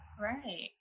Right